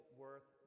worth